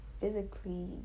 physically